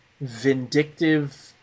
vindictive